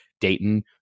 Dayton